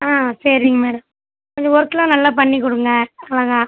ஆ சரிங்க மேடம் கொஞ்சம் ஒர்க்லாம் நல்லா பண்ணிக்கொடுங்க அழகாக